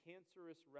cancerous